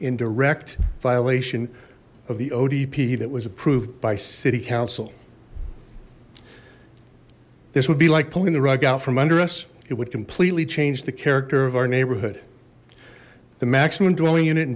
in direct violation of the otp that was approved by city council this would be like pulling the rug out from under us it would completely change the character of our neighborhood the maximum dwelling unit